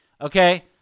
Okay